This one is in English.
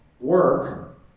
work